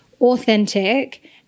authentic